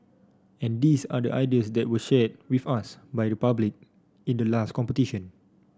and these are the ideas that were shared with us by the public in the last competition